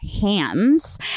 hands